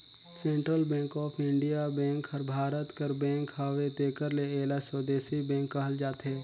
central bank of India bank हर भारत कर bank हवे तेकर ले एला स्वदेसी बेंक कहल जाथे